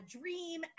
Dream